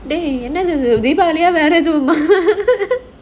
dey என்ன இன்னைக்கு:enna innaiku deepavali ah வேற எதுவுமா:vera edhuvumaa